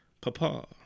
Papa